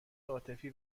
عاطفی